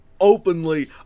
openly